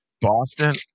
Boston